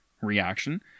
reaction